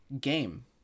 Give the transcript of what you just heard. game